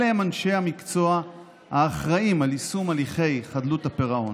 אלה אנשי המקצוע האחראים ליישום הליכי חדלות הפירעון.